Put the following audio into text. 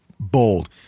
Bold